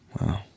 Wow